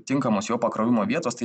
tinkamos jo pakrovimo vietos tai